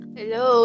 Hello